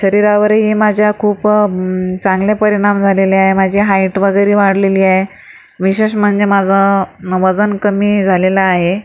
शरीरावरही माझ्या खूप चांगले परिणाम झालेले आहे माझे हाइट वगैरे वाढलेली आहे विशेष म्हणजे माझं वजन कमी झालेलं आहे